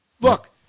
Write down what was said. look